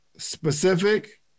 Specific